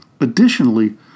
Additionally